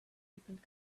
different